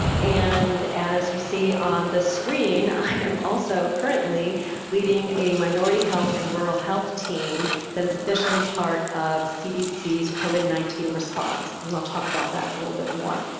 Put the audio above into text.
and as you see on the screen i am also currently leading a minority health and rural health team that is officially part of cdc's covid nineteen response and i'll talk about that a little bit more.